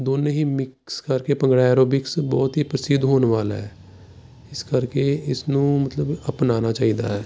ਦੋਨੇ ਹੀ ਮਿਕਸ ਕਰਕੇ ਭੰਗੜਾ ਐਰੋਬਿਕਸ ਬਹੁਤ ਹੀ ਪ੍ਰਸਿੱਧ ਹੋਣ ਵਾਲਾ ਹੈ ਇਸ ਕਰਕੇ ਇਸ ਨੂੰ ਮਤਲਬ ਅਪਣਾਉਣਾ ਚਾਹੀਦਾ ਹੈ